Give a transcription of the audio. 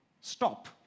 stop